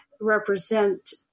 represent